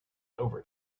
over